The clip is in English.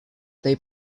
they